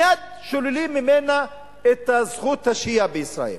מייד שוללים ממנה את זכות השהייה בישראל.